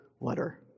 letter